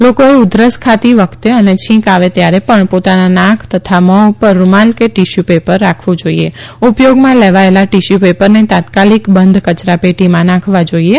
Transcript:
લોકોએ ઉધરસ ખાતી વખતે અને છીંક આવે ત્યારે પણ પોતાના નાક તથા મોં પર રૂમાલ કે ટીશ્યુ પેપર રાખવું જોઈએ ઉપથોગમાં લેવાયેલા ટિશ્યુ પેપરને તાત્કાલિક બંધ કચરા પેટીમાં નાખવા જોઈએ